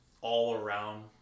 all-around